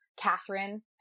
Catherine